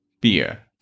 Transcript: Beer